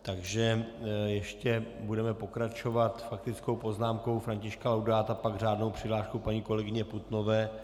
Takže ještě budeme pokračovat faktickou poznámkou Františka Laudáta, pak řádnou přihláškou paní kolegyně Putnové.